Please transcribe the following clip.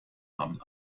haben